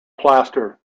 plaster